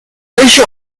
racial